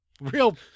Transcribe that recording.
Real